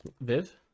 viv